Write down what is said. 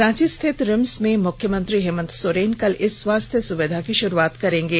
रांची स्थित रिम्स में मुख्यमंत्री हेमंत सोरेन कल इस स्वास्थ्य सुविधा की शुरूआत करेंगे